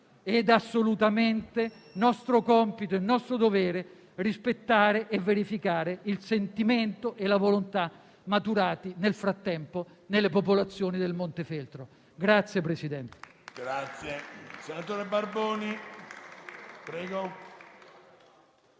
e assolutamente nostro compito e nostro dovere rispettare e verificare il sentimento e la volontà maturati nel frattempo nelle popolazioni del Montefeltro.